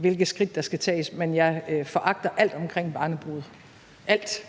hvilke skridt der skal tages, men jeg foragter alt omkring barnebrude – alt!